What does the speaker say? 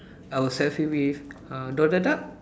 I will selfie with uh Donald duck